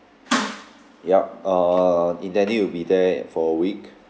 yup err in we'll be there for a week